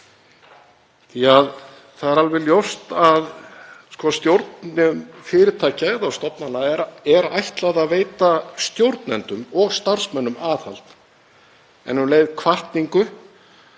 því að það er alveg ljóst að stjórnum fyrirtækja eða stofnana er ætlað að veita stjórnendum og starfsmönnum aðhald en um leið hvatningu